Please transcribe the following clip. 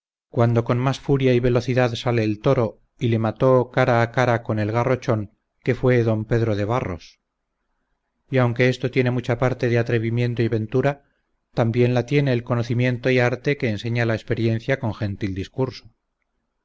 cuando con más furia y velocidad sale el toro y le mató cara a cara con el garrochón que fue don pedro de barros y aunque esto tiene mucha parte de atrevimiento y ventura también la tiene de conocimiento y arte que enseña la experiencia con gentil discurso